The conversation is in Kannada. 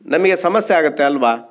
ನಮಗೆ ಸಮಸ್ಯೆ ಆಗುತ್ತೆ ಅಲ್ಲವಾ